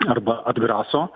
arba atgraso